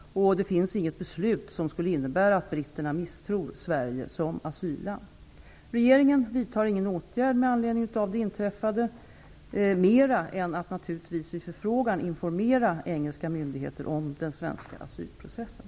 Det finns inget beslut som skulle innebära att britterna misstror Sverige som asylland. Regeringen vidtar ingen åtgärd med anledning av det inträffade mera än att naturligtvis vid förfrågan informera engelska myndigheter om den svenska asylprocessen.